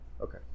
Okay